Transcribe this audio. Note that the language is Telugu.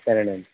సరేనండి